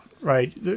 right